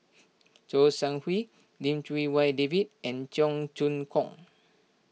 Kouo Shang Wei Lim Chee Wai David and Cheong Choong Kong